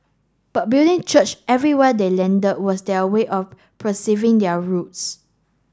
but building church everywhere they landed was their way of preserving their roots